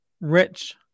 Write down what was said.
Rich